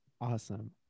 Awesome